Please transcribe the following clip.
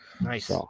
nice